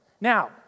Now